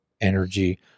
energy